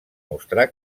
mostrar